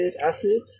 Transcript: acid